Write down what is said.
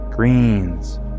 greens